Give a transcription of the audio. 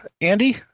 Andy